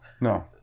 No